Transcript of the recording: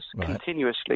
continuously